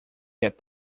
get